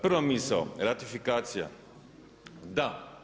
Prva misao, ratifikacija, da.